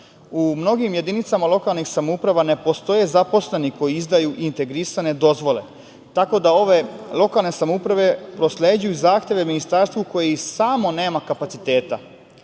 U mnogim jedinicama lokalnih samouprava ne postoje zaposleni koji izdaju integrisane dozvole. Tako da, ove lokalne samouprave prosleđuju zahteve Ministarstvu koje i samo nema kapaciteta. Dalje,